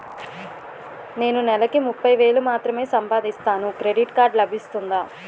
నేను నెల కి ముప్పై వేలు మాత్రమే సంపాదిస్తాను క్రెడిట్ కార్డ్ లభిస్తుందా?